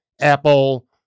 Apple